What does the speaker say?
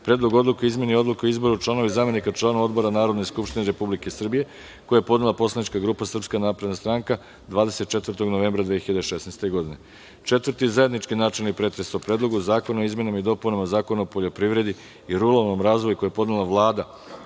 Predlogu odluke o izmeni Odluke o izboru članova i zamenika članova odbora Narodne skupštine Republike Srbije, koji je podnela poslanička grupa SNS 24. novembra 2016. godine;- 4. zajednički načelni pretres o: Predlogu zakona o izmenama i dopunama Zakona o poljoprivredi i ruralnom razvoju, koji je podnela Vlada